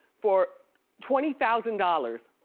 for twenty thousand dollars.